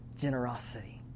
Generosity